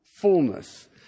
fullness